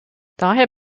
daher